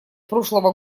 прошлого